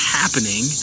happening